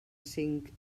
cinc